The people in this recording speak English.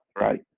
right